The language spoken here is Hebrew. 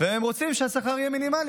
והם רוצים שהשכר יהיה מינימלי,